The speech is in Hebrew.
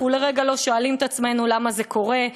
אנחנו לרגע לא שואלים את עצמנו למה זה קורה,